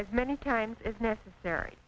as many times as necessary